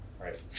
right